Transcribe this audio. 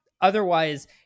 otherwise